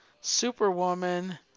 Superwoman